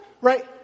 right